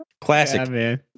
Classic